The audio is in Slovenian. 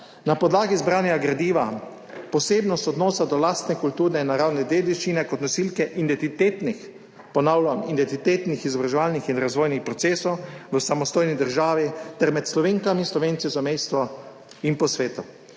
Na podlagi zbranega gradiva, posebnost odnosa do lastne kulturne in naravne dediščine kot nosilke identitetnih, ponavljam, identitetnih izobraževalnih in razvojnih procesov v samostojni državi ter med Slovenkami in Slovenci v zamejstvu in po svetu.